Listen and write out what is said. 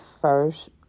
first